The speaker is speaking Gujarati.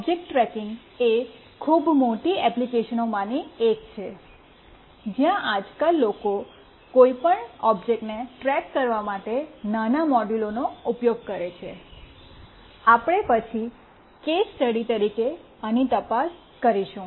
ઓબ્જેક્ટ ટ્રેકિંગ એ ખૂબ મોટી એપ્લિકેશનોમાંની એક છે જ્યાં આજકાલ લોકો કોઈપણ ઓબ્જેક્ટને ટ્રેક કરવા માટે નાના મોડ્યુલોનો ઉપયોગ કરે છે આપણે પછી કેસ સ્ટડી તરીકે આની તપાસ કરીશું